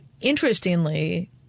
interestingly